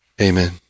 Amen